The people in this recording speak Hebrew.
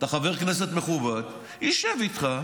תקבע איתו פגישה,